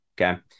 okay